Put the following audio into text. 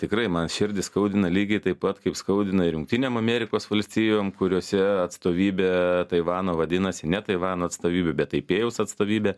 tikrai man širdį skaudina lygiai taip pat kaip skaudina ir jungtinėm amerikos valstijom kuriose atstovybė taivaną vadinasi ne taivano atstovybė bet taipėjaus atstovybė